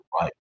right